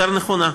יותר נכונה.